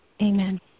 amen